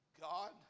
God